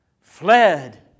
fled